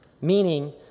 Meaning